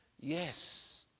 yes